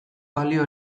balio